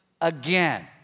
again